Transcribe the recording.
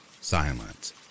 silence